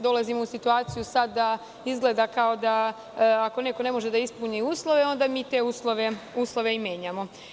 Dolazimo sada u situaciju, izgleda da ako neko ne može da ispuni uslove, onda mi te uslove i menjamo.